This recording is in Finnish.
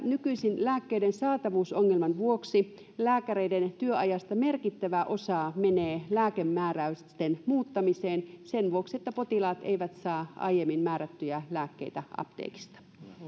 nykyisin lääkkeiden saatavuusongelman vuoksi lääkäreiden työajasta merkittävä osa menee lääkemääräysten muuttamiseen sen vuoksi että potilaat eivät saa aiemmin määrättyjä lääkkeitä apteekista